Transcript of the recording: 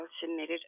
submitted